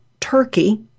Turkey